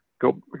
go